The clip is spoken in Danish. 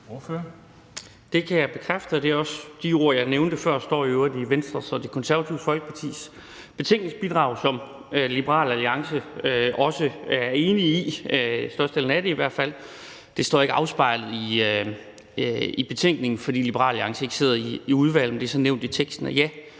Det kan jeg bekræfte, og de ord, jeg nævnte før, står i øvrigt også i Venstre og Det Konservative Folkepartis betænkningsbidrag, som Liberal Alliance også er enige i, i hvert fald størstedelen af det. Det står ikke afspejlet i betænkningen, fordi Liberal Alliance ikke sidder i udvalget, men det er så nævnt i bidraget. Og ja,